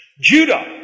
Judah